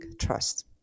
trust